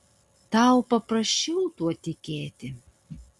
tau paprasčiau tuo tikėti